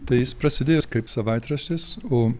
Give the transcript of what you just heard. tai jis prasidėjęs kaip savaitraštis o